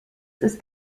ist